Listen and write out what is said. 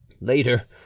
Later